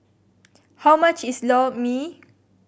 how much is Lor Mee